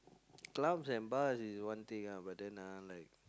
clubs and bars is one thing ah but then ah like